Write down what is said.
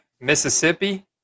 Mississippi